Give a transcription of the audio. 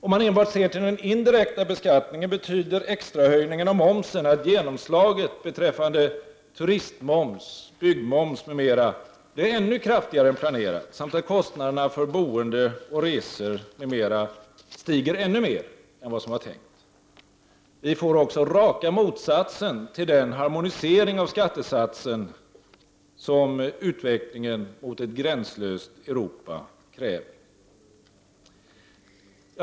Om man enbart ser till den indirekta beskattningen, betyder extrahöjningen av momsen att genomslaget beträffande turistmoms, byggmoms m.m. blir ännu kraftigare än planerat samt att kostnaderna för boende och resor m.m. stiger ännu mer än vad som var tänkt. Vi får raka motsatsen till den harmonisering av skattesatsen som utvecklingen mot ett gränslöst Europa kräver.